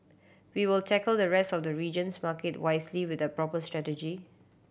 we will tackle the rest of the region's market wisely with a proper strategy